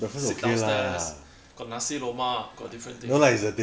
sit downstairs got nasi lemak got different thing